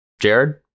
Jared